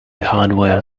hardware